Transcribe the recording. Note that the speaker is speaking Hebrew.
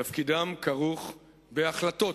תפקידם כרוך בהחלטות,